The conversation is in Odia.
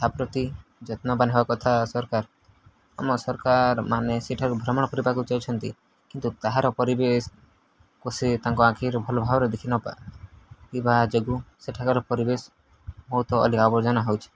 ତା ପ୍ରତି ଯତ୍ନବାନ୍ ହେବା କଥା ସରକାର ଆମ ସରକାରମାନେ ସେଠାକୁ ଭ୍ରମଣ କରିବାକୁ ଯାଉଛନ୍ତି କିନ୍ତୁ ତାହାର ପରିବେଶକୁ ସେ ତାଙ୍କ ଆଖିରେ ଭଲଭାବରେ ଦେଖିିବା ଯୋଗୁଁ ସେଠାକାର ପରିବେଶ ବହୁତ ଅଳିଆ ଆବର୍ଜନା ହେଉଛି